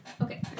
Okay